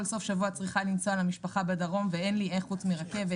סוף שבוע צריכה ליסוע למשפחה בדרום ואין לי איך חוץ מרכבת.